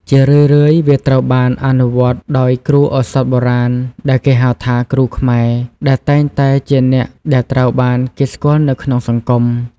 ជារឿយៗ វាត្រូវបានអនុវត្តដោយគ្រូឱសថបុរាណដែលគេហៅថា “គ្រូខ្មែរ” ដែលតែងតែជាអ្នកដែលត្រូវបានគេស្គាល់នៅក្នុងសង្គម។